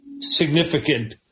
significant